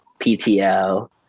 PTO